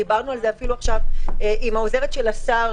דיברנו על זה עכשיו עם העוזרת של השר,